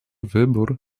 wybór